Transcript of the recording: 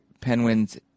Penguins